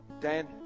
Dan